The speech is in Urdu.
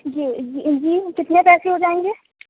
جی جی جی کتنے پیسے ہو جائیں گے